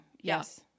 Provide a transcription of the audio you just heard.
Yes